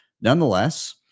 nonetheless